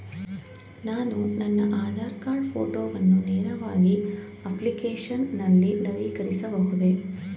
ನಾನು ನನ್ನ ಆಧಾರ್ ಕಾರ್ಡ್ ಫೋಟೋವನ್ನು ನೇರವಾಗಿ ಅಪ್ಲಿಕೇಶನ್ ನಲ್ಲಿ ನವೀಕರಿಸಬಹುದೇ?